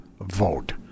vote